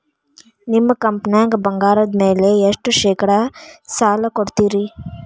ನಿಮ್ಮ ಕಂಪನ್ಯಾಗ ಬಂಗಾರದ ಮ್ಯಾಲೆ ಎಷ್ಟ ಶೇಕಡಾ ಸಾಲ ಕೊಡ್ತಿರಿ?